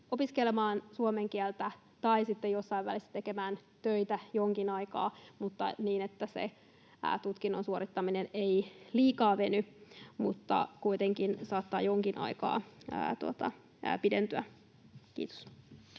opiskelemaan suomen kieltä tai sitten jossain välissä tekemään töitä jonkin aikaa mutta niin, että se tutkinnon suorittaminen ei liikaa veny, mutta kuitenkin saattaa jonkin aikaa pidentyä. — Kiitos.